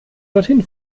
dorthin